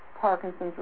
Parkinson's